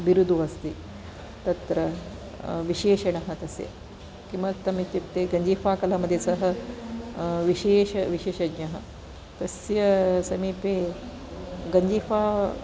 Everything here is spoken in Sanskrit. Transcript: बिरुदः अस्ति तत्र विशेषणः तस्य किमर्थमित्युक्ते गञ्जीफा कला मध्ये सः विशेष विशेषज्ञः तस्य समीपे गञ्जीफा